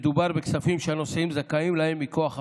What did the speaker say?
מדובר בכספים שהנוסעים זכאים להם מכוח החוק.